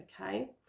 okay